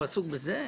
הוא עסוק בזה?